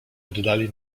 oddali